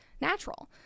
natural